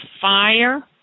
fire